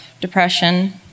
depression